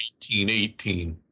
18-18